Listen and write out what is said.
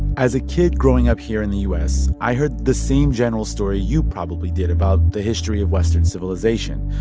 as a kid growing up here in the u s, i heard the same general story you probably did about the history of western civilization.